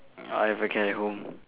I have a cat at home